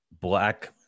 black